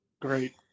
Great